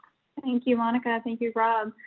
thank you, monica. thank you, rob.